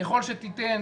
ככל שתיתן